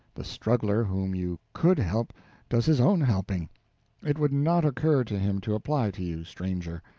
the struggler whom you could help does his own helping it would not occur to him to apply to you, stranger.